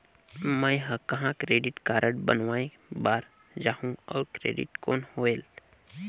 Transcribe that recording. मैं ह कहाँ क्रेडिट कारड बनवाय बार जाओ? और क्रेडिट कौन होएल??